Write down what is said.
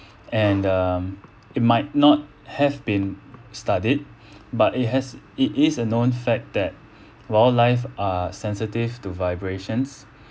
and um it might not have been studied but it has it is a known fact that wildlife are sensitive to vibrations